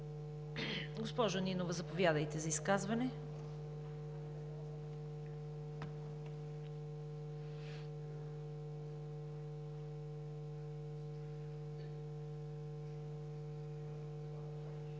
Госпожо Нинова, заповядайте за изказване.